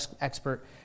expert